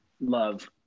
love